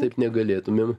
taip negalėtumėm